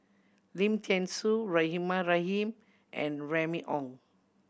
Lim Thean Soo Rahimah Rahim and Remy Ong